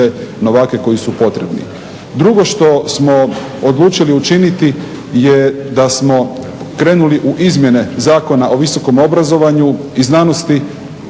novake koji su potrebni. Drugo što smo odlučili učiniti je da smo krenuli u izmjene Zakona o visokom obrazovanju i znanosti,